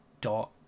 dot